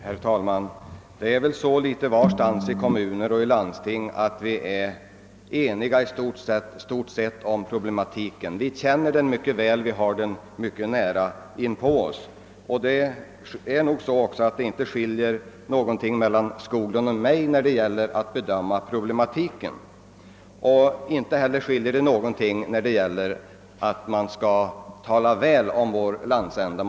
Herr talman! Vi är väl litet varstans i kommuner och landsting i stort sett eniga när det gäller att bedöma problematiken, eftersom vi känner den väl och har den mycket nära inpå oss. Det föreligger nog heller inte någon större skillnad mellan herr Skoglund och mig i bedömningen av problematiken och inte heller beträffande angelägenheten av att vi talar väl om vår landsända.